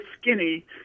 skinny